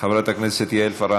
חברת הכנסת יעל פארן,